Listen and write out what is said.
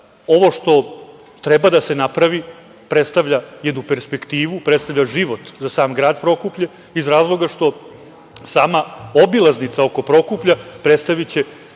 ovo što treba da se napravi predstavlja jednu perspektivu, predstavlja život za sam grad Prokuplje iz razloga što će sama obilaznica oko Prokuplja predstavljati